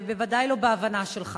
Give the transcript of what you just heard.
ובוודאי לא בהבנה שלך.